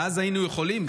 ואז היינו יכולים,